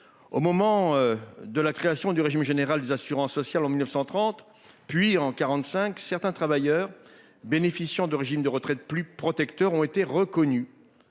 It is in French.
Au moment de la création du régime général des assurances sociales en 1930, puis en 1945, certains travailleurs bénéficiant de régimes de retraite plus protecteurs ont été reconnus.